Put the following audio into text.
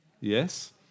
Yes